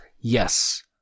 Yes